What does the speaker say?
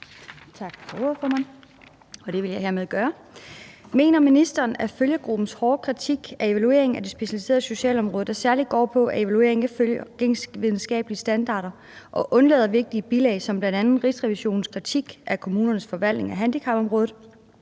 Mener ministeren, at følgegruppens hårde kritik af evalueringen af det specialiserede socialområde, der særligt går på, at evalueringen ikke følger gængse videnskabelige standarder og undlader vigtige bilag som bl.a. Rigsrevisionens kritik af kommunernes forvaltning af handicapområdet,